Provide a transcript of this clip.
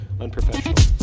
unprofessional